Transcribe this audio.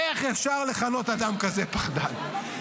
איך אפשר לכנות אדם כזה פחדן?